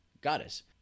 goddess